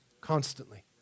constantly